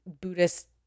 Buddhist